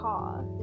car